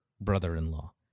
brother-in-law